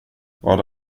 vad